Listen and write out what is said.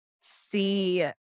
see